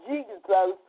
Jesus